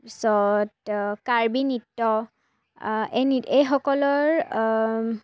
তাৰপিছত কাৰ্বি নৃত্য এই নৃ এইসকলৰ